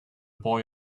boy